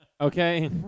Okay